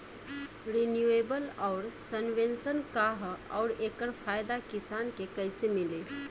Renewable आउर subvention का ह आउर एकर फायदा किसान के कइसे मिली?